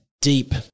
deep